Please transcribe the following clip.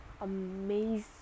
amazing